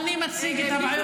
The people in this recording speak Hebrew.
בלתי